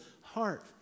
heart